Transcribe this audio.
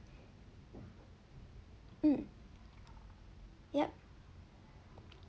mm yup